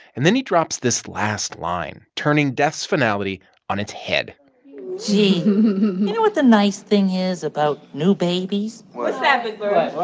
and then he drops this last line, turning death's finality on its head gee, you know what the nice thing is about new babies? what's that, big bird? what?